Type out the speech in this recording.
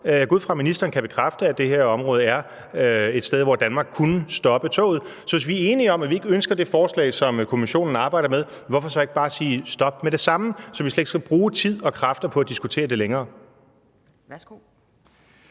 ud fra, at ministeren kan bekræfte, at det her område er et, hvor Danmark kunne stoppe toget. Så hvis vi er enige om, at vi ikke ønsker det forslag, som Kommissionen arbejder med, hvorfor så ikke bare sige stop med det samme, så vi ikke skal bruge tid og kræfter på at diskutere det længere?